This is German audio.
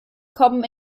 kommen